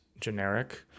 generic